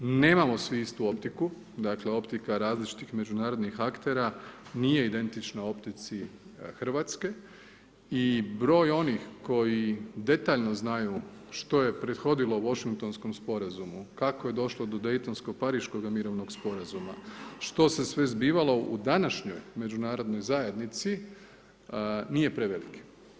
Nemamo svi istu optiku, dakle optika različitih međunarodnih aktera nije identična optici Hrvatske i broj onih koji detaljno znaju što je prethodilo Vošingtonskom sporazumu, kao je došlo do Dejtonsko-pariškoga mirovnog sporazuma, što se sve zbivalo u današnjoj međunarodnoj zajednici nije preveliki.